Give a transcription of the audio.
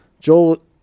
Joel